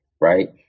right